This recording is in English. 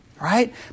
Right